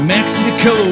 Mexico